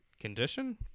condition